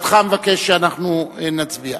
אתה מבקש שאנחנו נצביע.